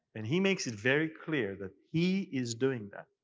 and he makes it very clear that he is doing that,